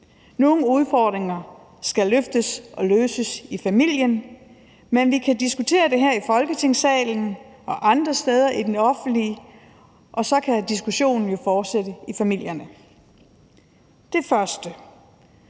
Nogle udfordringer skal løftes og løses i familien, men vi kan diskutere det her i Folketingssalen og andre steder i det offentlige rum, og så kan diskussionen jo fortsætte i familierne. Det første: